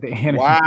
Wow